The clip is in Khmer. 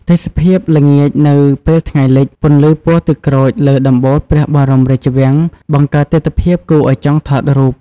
ទេសភាពល្ងាចនៅពេលថ្ងៃលិច ពន្លឺពណ៌ទឹកក្រូចលើដំបូលព្រះបរមរាជវាំង បង្កើតទិដ្ឋភាពគួរឲ្យចង់ថតរូប។